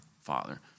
Father